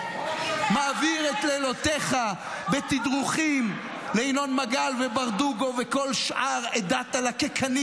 מעביר את לילותיך בתדרוכים לינון מגל וברדוגו וכל שאר עדת הלקקנים